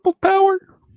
power